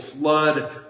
flood